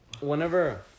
whenever